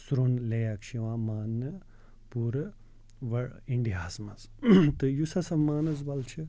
سروٚن lake چھُ یِوان ماننہٕ پوٗرٕ وٕ اِنڈیاہَس منٛز تہٕ یُس ہسا مانَسبل چھُ